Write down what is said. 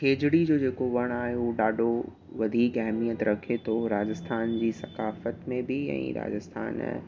खेजड़ी जो जेको वणु आहे उहो ॾाढो वधीक अहमियत रखे थो राजस्थान जी सफाकत में बि ऐं राजस्थान